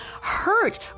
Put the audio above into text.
hurt